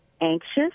anxious